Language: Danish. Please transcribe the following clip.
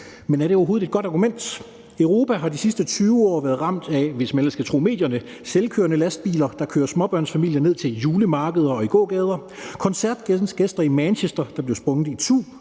men er det overhovedet et godt argument? Europa har de sidste 20 år været ramt, hvis man ellers kan tro medierne, af selvkørende lastbiler, der kører småbørnsfamilier ned til julemarkeder og i gågader; koncertgæster i Manchester, der blev sprunget itu;